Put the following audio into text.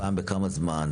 פעם בכמה זמן?